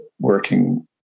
working